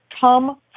come